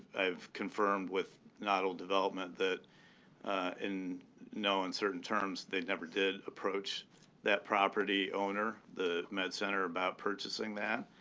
i've confirmed with noddle development that in no uncertain terms, they never did approach that property owner, the med center, about purchasing that.